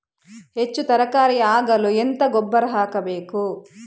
ಹೆಚ್ಚು ತರಕಾರಿ ಆಗಲು ಎಂತ ಗೊಬ್ಬರ ಹಾಕಬೇಕು?